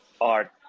art